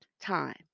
time